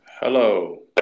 Hello